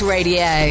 Radio